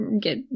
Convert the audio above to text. get